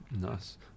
Nice